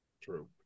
True